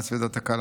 מעצבי דעת הקהל,